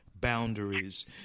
boundaries